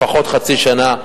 לפחות חצי שנה,